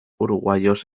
uruguayos